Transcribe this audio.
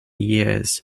years